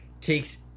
takes